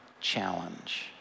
challenge